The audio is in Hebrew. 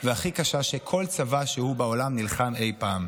והכי קשה שכל צבא שהוא בעולם נלחם אי פעם.